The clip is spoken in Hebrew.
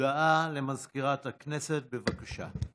הודעה למזכירת הכנסת, בבקשה.